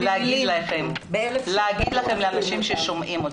באלף שקל ---- ולהגיד לאנשים ששומעים אותי: